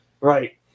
Right